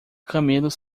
camelos